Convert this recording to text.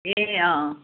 ए अँ अँ